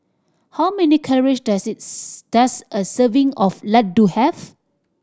how many calories does is does a serving of laddu have